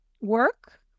work